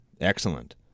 Excellent